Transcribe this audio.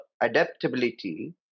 adaptability